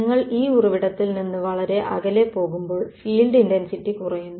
നിങ്ങൾ ഈ ഉറവിടത്തിൽ നിന്ന് വളരെ അകലെ പോകുമ്പോൾ ഫീൽഡ് ഇൻ്റൻസ്റ്റി കുറയുന്നു